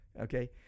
Okay